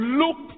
look